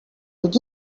did